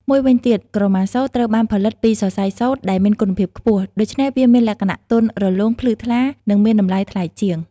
មួយវិញទៀត ក្រមាសូត្រ ត្រូវបានផលិតពីសរសៃសូត្រដែលមានគុណភាពខ្ពស់ ដូច្នេះវាមានលក្ខណៈទន់រលោង ភ្លឺថ្លា និងមានតម្លៃថ្លៃជាង។